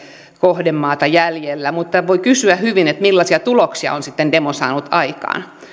kohdemaata jäljellä mutta täällä voi kysyä hyvin millaisia tuloksia on sitten demo saanut aikaan